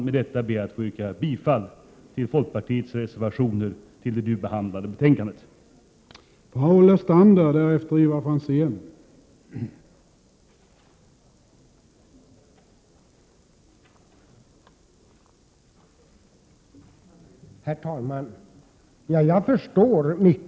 Med detta yrkar jag bifall till de reservationer av folkpartiet som är fogade till det betänkande som vi nu behandlar.